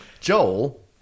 Joel